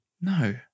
No